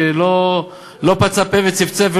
שלא פצה וצפצף,